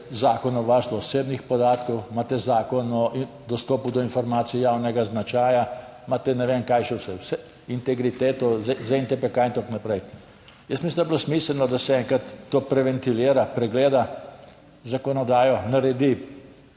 Zakon o varstvu osebnih podatkov, imate Zakon o dostopu do informacij javnega značaja, imate, ne vem kaj še vse vse, integriteto ZNTP(?) in tako naprej. Jaz mislim, da bi bilo smiselno, da se enkrat to preventilira, pregleda zakonodajo, naredi